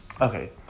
okay